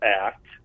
Act